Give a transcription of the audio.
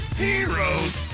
heroes